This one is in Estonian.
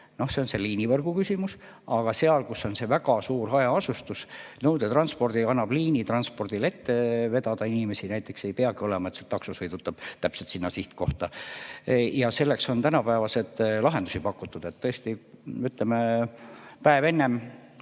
ole. See on liinivõrgu küsimus. Aga seal, kus on see väga suur hajaasustus, nõudetranspordiga annab liinitranspordile ette vedada inimesi, näiteks ei peagi olema nii, et takso sõidutab täpselt sinna sihtkohta. Ja selleks on tänapäevaseid lahendusi pakutud. Ütleme, et päev enne